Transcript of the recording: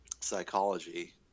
psychology